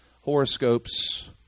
horoscopes